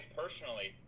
personally